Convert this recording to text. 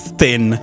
thin